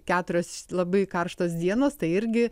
keturios labai karštos dienos tai irgi